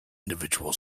individual